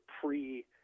pre